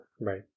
Right